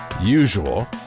usual